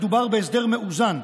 מדובר בהסדר מאוזן,